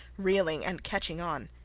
reeling and catching on.